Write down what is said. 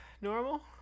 Normal